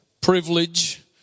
privilege